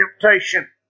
temptation